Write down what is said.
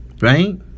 Right